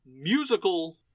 musical